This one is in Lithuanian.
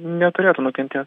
neturėtų nukentėt